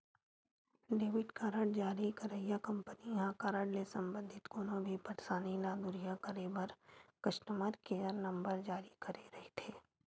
debit card जारी करइया company ह कारड ले संबंधित कोनो भी परसानी ल दुरिहा करे बर कस्टमर केयर नंबर जारी करे रहिथे